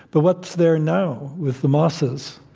but what's there now with the mosses?